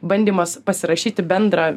bandymas pasirašyti bendrą